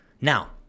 Now